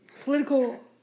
Political